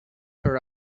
her